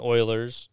Oilers